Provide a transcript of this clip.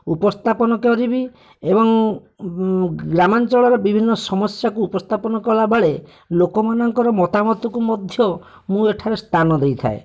ଉପସ୍ଥାପନ କରିବି ଏବଂ ଗ୍ରାମାଞ୍ଚଳର ବିଭିନ୍ନ ସମସ୍ୟାକୁ ଉପସ୍ଥାପନ କଲାବେଳେ ଲୋକମାନଙ୍କର ମତାମତକୁ ମଧ୍ୟ ମୁଁ ଏଠାରେ ସ୍ଥାନ ଦେଇଥାଏ